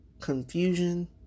confusion